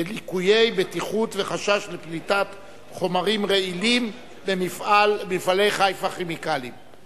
ליקויי בטיחות וחשש לפליטת חומרים רעילים במפעלי "חיפה כימיקלים".